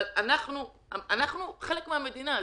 אבל אנחנו חלק מהמדינה.